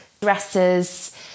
dresses